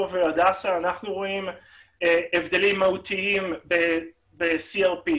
והדסה אנחנו רואים הבדלים מהותיים ב-CRP,